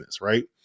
right